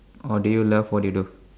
or do you love what you do